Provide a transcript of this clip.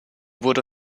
wurde